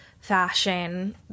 fashion